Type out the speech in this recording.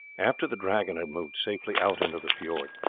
after the dragon had moved safely out into the fiord,